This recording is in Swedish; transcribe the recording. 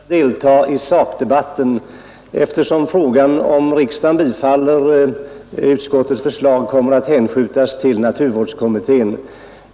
Herr talman! Jag har inte för avsikt att delta i sakdebatten eftersom frågan, om riksdagen bifaller utskottets förslag, kommer att hänskjutas till naturvårdskommittén.